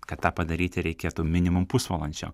kad tą padaryti reikėtų minimum pusvalandžio